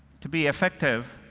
to be effective,